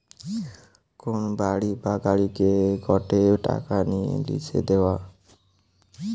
কোন বাড়ি বা গাড়িকে গটে টাকা নিয়ে লিসে দেওয়া